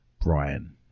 Brian